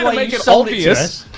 make it so obvious.